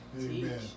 Amen